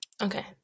Okay